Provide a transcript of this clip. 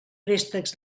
préstecs